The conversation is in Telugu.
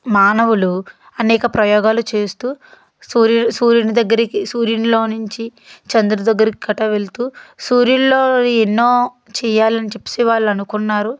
మానవులు అనేక ప్రయోగాలు చేస్తూ సూర్యు సూర్యుని దగ్గరికి సూర్యుడులో దగ్గర నుంచి చంద్రుడి దగ్గరికి కట్టా వెళ్తూ సూర్యుడిలో ఎన్నో చేయాలని చెప్పేసి వాళ్ళనుకున్నారు